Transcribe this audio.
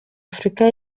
afurika